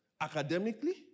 academically